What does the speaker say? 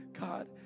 God